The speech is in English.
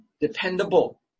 dependable